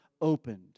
opened